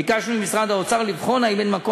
ביקשנו ממשרד האוצר לבחון האם אין מקום